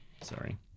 Sorry